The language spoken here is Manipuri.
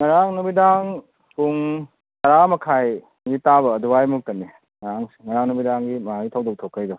ꯉꯔꯥꯡ ꯅꯨꯃꯤꯗꯥꯡ ꯄꯨꯡ ꯇꯔꯥ ꯃꯈꯥꯏꯒꯤ ꯇꯥꯕ ꯑꯗꯨꯋꯥꯏꯃꯨꯛꯇꯅꯤ ꯉꯔꯥꯡꯁꯦ ꯉꯔꯥꯡ ꯅꯨꯃꯤꯗꯥꯡꯒꯤ ꯊꯧꯗꯣꯛ ꯊꯣꯛꯄꯩꯗꯣ